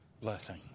blessing